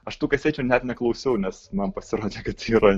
aš tų kasečių net neklausiau nes man pasirodė kad yra